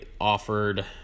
offered